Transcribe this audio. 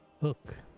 Hook